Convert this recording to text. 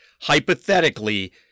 hypothetically